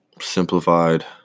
simplified